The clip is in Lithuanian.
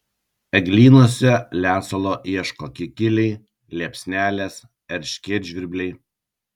eglynuose lesalo ieško kikiliai liepsnelės erškėtžvirbliai